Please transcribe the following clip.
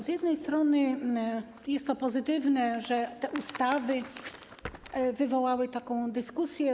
Z jednej strony jest to pozytywne, że te ustawy wywołały taką dyskusję.